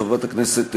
חברת הכנסת מיכאלי,